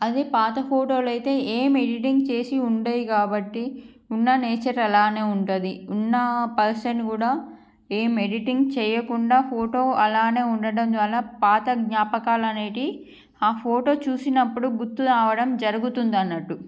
అది పాత ఫోటోలు అయితే ఏం ఎడిటింగ్ చేసి ఉండవి కాబట్టి ఉన్న నేచర్ అలానే ఉంటుంది ఉన్న పర్సన్ కూడా ఎం ఎడిటింగ్ చేయకుండా ఫోటో అలానే ఉండడం ద్వారా పాత జ్ఞాపకాలు అనేటివి ఆ ఫోటో చూసినప్పుడు గుర్తు రావడం జరుగుతుంది అన్నట్టు